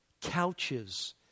couches